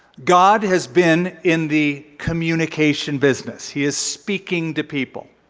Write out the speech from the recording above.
god has been in the communication business. he is speaking to people.